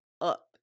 up